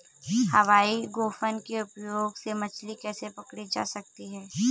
हवाई गोफन के उपयोग से मछली कैसे पकड़ी जा सकती है?